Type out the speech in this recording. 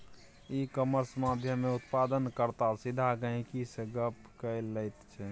इ कामर्स माध्यमेँ उत्पादन कर्ता सीधा गहिंकी सँ गप्प क लैत छै